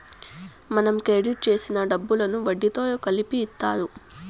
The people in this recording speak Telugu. మనం క్రెడిట్ చేసిన డబ్బులను వడ్డీతో కలిపి ఇత్తారు